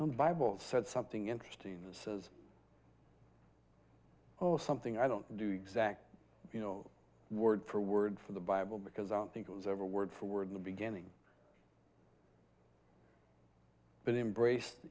and bible said something interesting that says oh something i don't do you sack you know word for word from the bible because i don't think it was ever word for word in the beginning but embrace